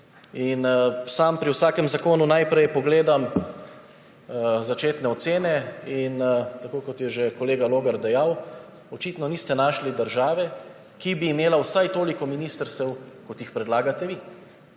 Sam pri vsakem zakonu najprej pogledam začetne ocene, in tako kot je že kolega Logar dejal, očitno niste našli države, ki bi imela vsaj toliko ministrstev, kot jih predlagate vi.